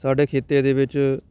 ਸਾਡੇ ਖਿੱਤੇ ਦੇ ਵਿੱਚ